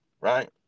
right